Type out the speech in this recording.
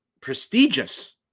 prestigious